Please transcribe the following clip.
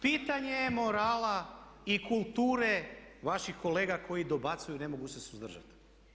Pitanje je morala i kulture vaših kolega koji dobacuju, ne mogu se suzdržati.